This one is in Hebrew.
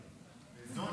כתוב